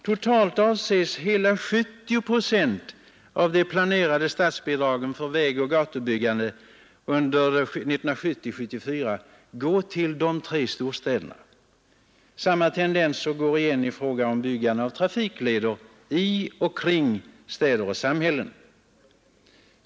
Totalt avses hela 70 procent av de planerade statsbidragen till vägoch gatubyggande under 1970-1974 gå till de tre storstäderna. Samma tendenser går igen i fråga om byggande av trafikleder i och kring städer och samhällen.